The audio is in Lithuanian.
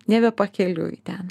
nebe pakeliui ten